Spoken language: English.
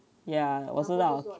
ya 我知道